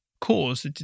cause